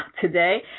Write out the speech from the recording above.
today